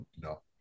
No